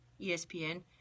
ESPN